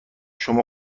شما